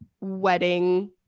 wedding